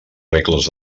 regles